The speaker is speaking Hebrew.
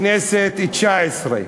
הכנסת התשע-עשרה.